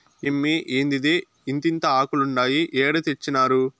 ఏమ్మే, ఏందిదే ఇంతింతాకులుండాయి ఏడ తెచ్చినారు